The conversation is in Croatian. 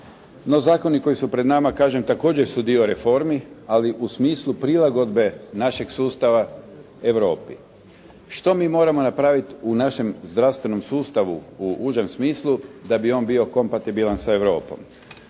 No zakoni koji su pred nama kažem također su dio reformi, ali u smislu prilagodbe našeg sustava Europi. Što mi moramo napraviti u našem zdravstvenom sustavu u užem smislu da bi on bio kompatibilan sa Europom?